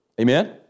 Amen